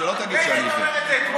שלא תגיד שאני, עכשיו אתה אומר את זה?